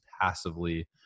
passively